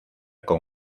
con